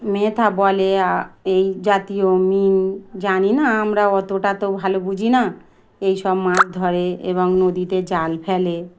মেধা বলে এই জাতীয় মিন জানি না আমরা অতটা তো ভালো বুঝি না এই সব মাছ ধরে এবং নদীতে জাল ফেলে